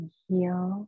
heal